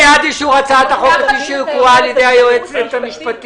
מי בעד אישור הצעת החוק כפי שהוקראה על ידי היועצת המשפטית?